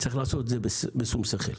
צריך לעשות את זה בשום שכל.